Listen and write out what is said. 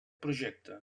projecte